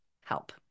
help